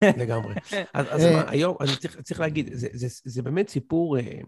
לגמרי, אז מה היום, אני צריך להגיד, זה באמת סיפור...